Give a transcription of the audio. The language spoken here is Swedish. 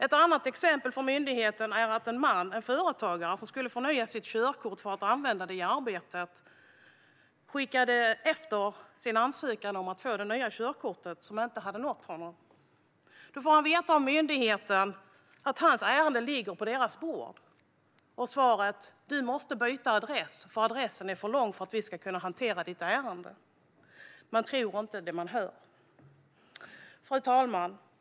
Ett annat exempel från myndigheten är en företagare som skulle förnya sitt körkort för att använda det i arbetet. Han skickade efter sin ansökan om det nya körkortet, eftersom den inte hade nått honom. Då fick han veta av myndigheten att hans ärende låg på bordet men att han måste byta adress eftersom adressen var för lång för att myndigheten skulle kunna hantera hans ärende. Man tror inte det man hör. Fru talman!